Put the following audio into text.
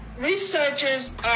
researchers